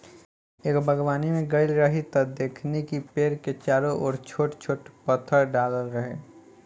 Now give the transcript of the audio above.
एगो बागवानी में गइल रही त देखनी कि पेड़ के चारो ओर छोट छोट पत्थर डालल रहे